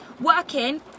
working